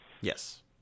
Yes